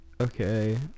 Okay